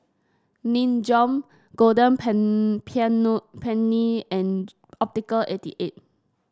Nin Jiom Golden Peony and Optical eighty eight